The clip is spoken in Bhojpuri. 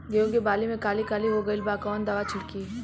गेहूं के बाली में काली काली हो गइल बा कवन दावा छिड़कि?